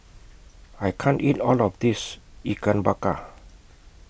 I can't eat All of This Ikan Bakar